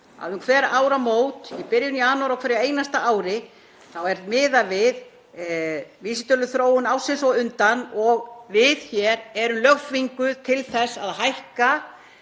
um hver áramót, í byrjun janúar á hverju einasta ári, er miðað við vísitöluþróun ársins á undan og við hér erum lögþvinguð til þess að hækka